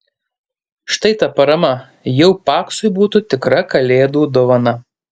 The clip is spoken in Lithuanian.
štai ta parama jau paksui būtų tikra kalėdų dovana